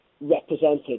represented